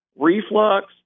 reflux